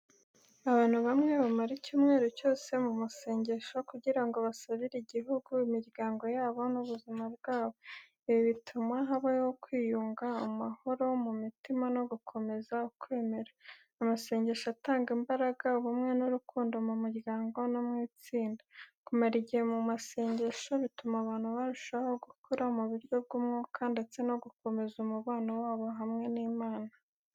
Abantu bamwe bamara icyumweru cyose mu masengesho kugira ngo basabire igihugu, imiryango yabo n’ubuzima bwabo. Ibi bituma habaho kwiyunga, amahoro mu mitima no gukomeza ukwemera. Amasengesho atanga imbaraga, ubumwe n’urukundo mu muryango no mu itsinda. Kumara igihe mu masengesho bituma abantu barushaho gukura mu buryo bw’umwuka ndetse no gukomeza umubano wabo hamwe n’Imana.